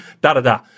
da-da-da